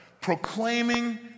proclaiming